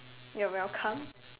you're welcome